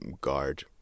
guard